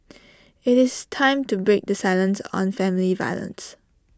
IT is time to break the silence on family violence